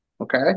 Okay